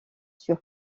sur